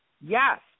Yes